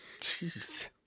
Jeez